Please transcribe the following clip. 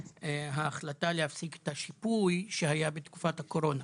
ההחלטה להפסיק את השיפוי שהיה בתקופת הקורונה